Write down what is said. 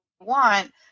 want